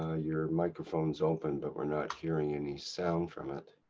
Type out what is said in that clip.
ah your microphone is opened but, we're not hearing any sound from it.